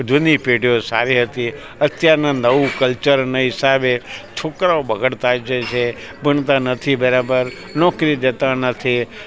જૂની પેઢીઓ સારી હતી અત્યારના નવું કલ્ચરના હિસાબે છોકરાઓ બગડતા જાય છે ભણતા નથી બરાબર નોકરી જતા નથી